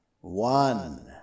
One